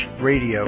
radio